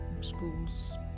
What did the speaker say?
schools